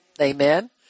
amen